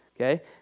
Okay